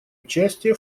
участие